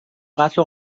قتل